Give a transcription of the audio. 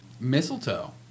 Mistletoe